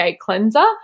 cleanser